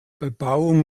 bebauung